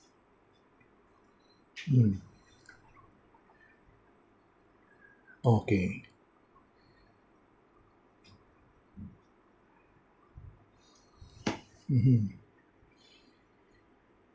mm okay mmhmm